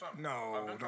No